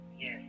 Yes